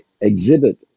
exhibit